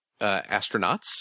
astronauts